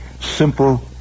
simple